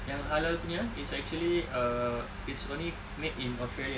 yang halal punya is actually err it's only made in australia